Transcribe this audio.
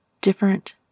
different